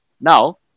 Now